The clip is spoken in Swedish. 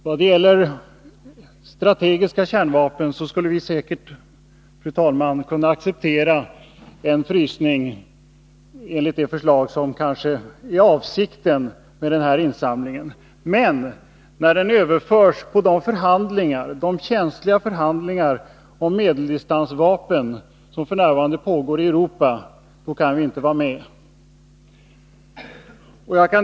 Fru talman! När det gäller strategiska kärnvapen skulle vi säkert kunna acceptera en frysning enligt det förslag som kanske är avsikten med kyrkornas namninsamling. Men när kravet överförs på de känsliga förhandlingar om medeldistansvapen som f. n. pågår i Europa kan vi inte vara med.